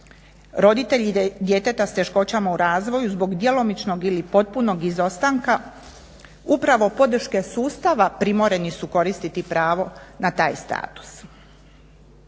Roditelji djeteta s teškoćama u razvoju zbog djelomičnog ili potpunog izostanka upravo podrške sustav primorani su koristiti pravo na taj status.